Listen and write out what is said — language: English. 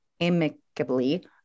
amicably